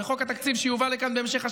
וחוק התקציב שיובא לכאן בהמשך השבוע,